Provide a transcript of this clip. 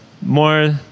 more